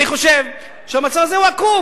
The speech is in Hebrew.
אני חושב שהמצב הזה הוא עקום,